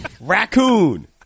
Raccoon